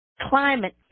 climate